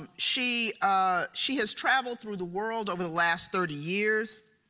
um she ah she has traveled through the world over the last thirty years,